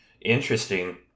Interesting